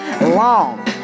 long